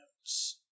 notes